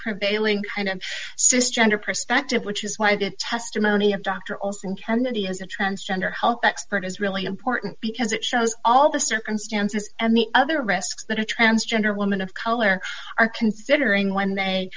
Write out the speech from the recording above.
prevailing kind of system under perspective which is why the testimony of dr olsen kennedy has a transgender health expert is really important because it shows all the circumstances and the other risks that a transgender woman of color are considering when they